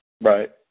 Right